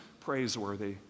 praiseworthy